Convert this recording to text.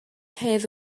hedd